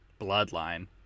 Bloodline